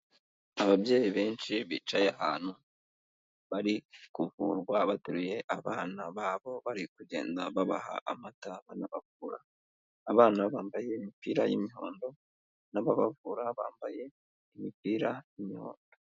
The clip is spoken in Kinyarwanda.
Ababyeyi benshi bicaye ahantu bari kuvurwa bateruye abana babo bari kugenda babaha amata banabavura, abana bambaye imipira y'imihondo n'ababavura bambaye imipira y'imihondo.